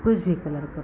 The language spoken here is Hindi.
कुछ भी कलर करो